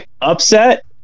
upset